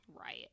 right